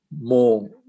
more